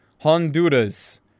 Honduras